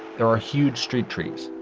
there are huge street trees,